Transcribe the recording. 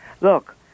look